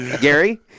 Gary